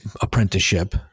apprenticeship